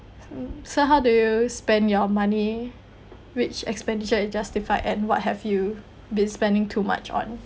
so how do you spend your money which expenditure is justified and what have you been spending too much on